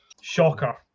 Shocker